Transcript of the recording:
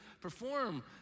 perform